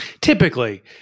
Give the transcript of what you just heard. Typically